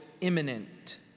imminent